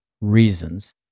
reasons